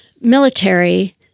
military